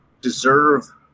deserve